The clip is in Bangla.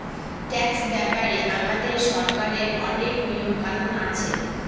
ট্যাক্স ব্যাপারে আমাদের সরকারের অনেক নিয়ম কানুন আছে